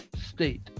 state